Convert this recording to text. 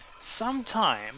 sometime